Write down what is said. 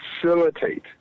facilitate